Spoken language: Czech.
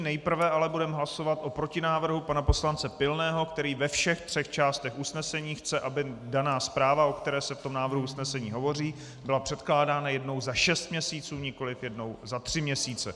Nejprve ale budeme hlasovat o protinávrhu pana poslance Pilného, který ve všech třech částech usnesení chce, aby daná zpráva, o které se v návrhu usnesení hovoří, byla předkládána jednou za šest měsíců, nikoliv jednou za tři měsíce.